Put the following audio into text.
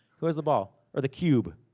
who has the ball? or the cube.